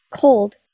cold